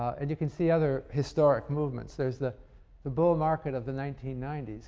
and you can see other historic movements. there's the the bull market of the nineteen ninety s a